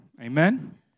Amen